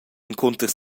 encunter